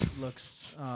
looks –